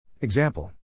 example